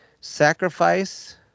sacrifice